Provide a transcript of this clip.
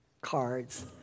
cards